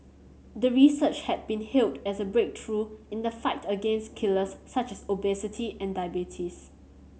the research had been hailed as a breakthrough in the fight against killers such as obesity and diabetes